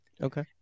Okay